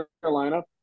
Carolina